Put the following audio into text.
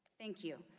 thank you.